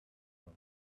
from